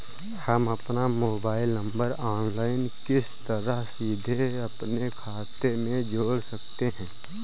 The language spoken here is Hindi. हम अपना मोबाइल नंबर ऑनलाइन किस तरह सीधे अपने खाते में जोड़ सकते हैं?